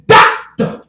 Doctor